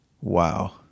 Wow